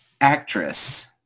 actress